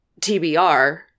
TBR